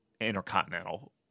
intercontinental